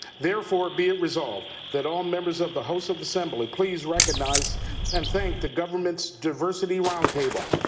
therefore be it resolved that all members of the house of assembly please recognize and thank the government's diversity round table,